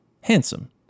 handsome